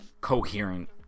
coherent